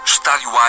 Estádio